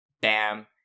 bam